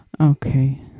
Okay